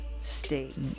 state